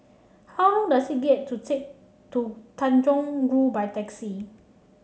how long does it get to take to Tanjong Rhu by taxi